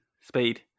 speed